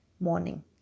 morning